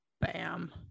Bam